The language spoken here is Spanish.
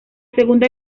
segunda